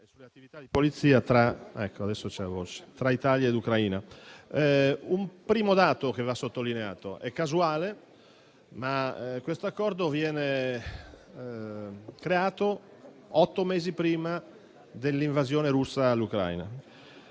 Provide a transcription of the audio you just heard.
Un primo dato va sottolineato. È casuale, ma questo Accordo viene creato otto mesi prima dell'invasione russa in l'Ucraina.